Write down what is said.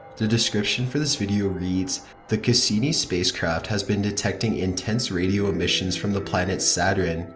the description for this video reads the cassini spacecraft has been detecting intense radio emissions from the planet saturn.